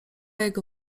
jego